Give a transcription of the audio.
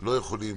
לא יכולים